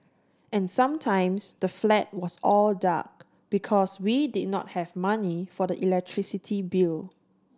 and sometimes the flat was all dark because we did not have money for the electricity bill